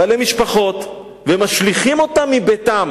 בעלי משפחות, ומשליכים אותם מביתם